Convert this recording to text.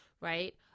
right